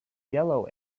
yellow